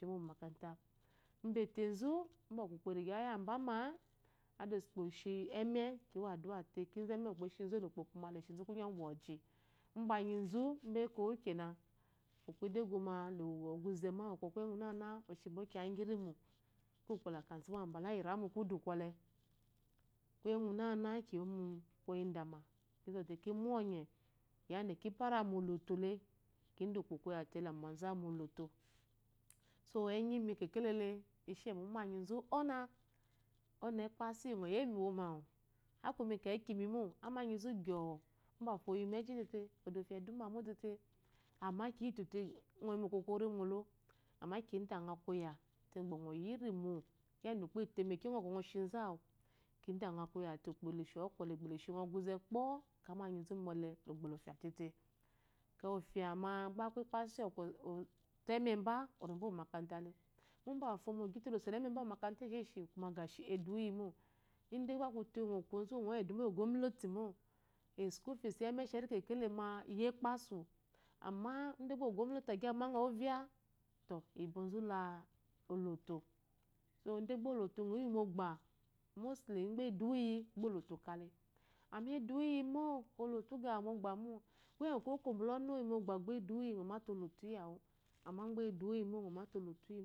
umbelenzu bɔkɔ ukpo erigi ayagiba-a ada osu eleshi eme, the was addu'a te eme ubu ukpo eshizu, ukpo le shibo kungɔ ngwu woji. Mbanyizu, mba eko kena ukpo edege ma eshi ka kuyi uguna-uguna eshibo kiya igirimo. Ka ukpo la kazu bula zyira mu kudu kwɔle, kuye guna-guna kiyi mu koya ndama, ki zɔte ki monye yada ki para mu oloto le ukpo labo zu mo loto, enyi mi kekelele eshimu umanyizu onah. Onah ekpasu iyi ngɔ yemu uromo awu, aku imi kekime mo, amanyi gyo̱o mba bɔkɔ oyi meji tėtė odo fya eduma mo tėtė amma kiyi te te ngɔ yi mo okokori amma idangha koya te gba ngɔ yirimo yada ukpo etemeke ngɔ ba ngɔ temeke zu awu idangha ukpo le shooks le shi ngɔ ɔguze kpo, aka emanyizu bɔle tėtė ofya ofya ma gba aku ekpasu eyi bɔkɔ ofo emeba orembo omakatale mbafo ma ogite lo so la ememba omakata uwu esheshi, amma eduwo iyimo idegba aku te ngɔ ku ozu uwu ewoduma eyi ogwamanti mo, school fees eyi emesherc ma iyi ekpasu amma idegba ogwamnati agi amangha ovya to i bɔzu la oloto, so idegba ozɔte oyi mogba, mostly ide eduwo iyi gba oloto uka le, amma eduwo iyi mo oloto ugama mogbe mo, ide ȯkȯ bula ɔnu ogi eduwo ngɔ mate oloto uyi iyawa amma eduwo iyi mo ngɔ mate oloto kyimo.